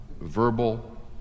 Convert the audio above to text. Verbal